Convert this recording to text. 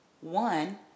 One